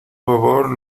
favor